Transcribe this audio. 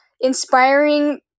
inspiring